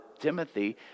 Timothy